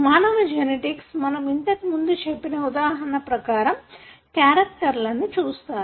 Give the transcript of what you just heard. మానవ జెనెటిక్ మనం ఇంతక ముందు చెప్పిన ఉదాహరణ ప్రకారం క్యారెక్టర్లను చూస్తారు